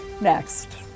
next